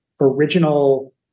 original